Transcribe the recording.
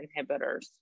inhibitors